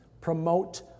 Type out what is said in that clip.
promote